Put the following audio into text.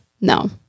No